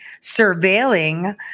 surveilling